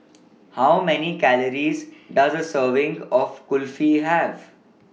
How Many Calories Does A Serving of Kulfi Have